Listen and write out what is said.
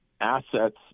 assets